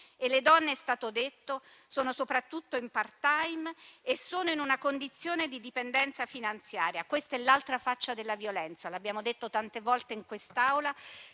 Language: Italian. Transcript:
E le donne - come è stato detto - sono soprattutto in *part-time* e sono in una condizione di dipendenza finanziaria. Questa è l'altra faccia della violenza, lo abbiamo detto tante volte in quest'Aula,